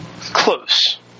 Close